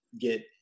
get